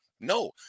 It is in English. No